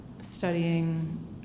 studying